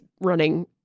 running